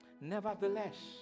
Nevertheless